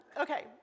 okay